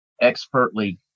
expertly